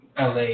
LA